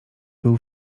był